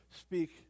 speak